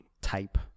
type